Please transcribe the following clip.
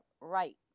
right